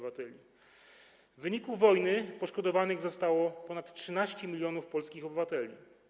W wyniku wojny poszkodowanych zostało ponad 13 mln polskich obywateli.